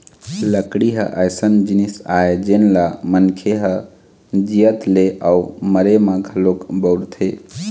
लकड़ी ह अइसन जिनिस आय जेन ल मनखे ह जियत ले अउ मरे म घलोक बउरथे